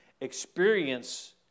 Experience